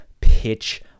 pitch